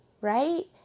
right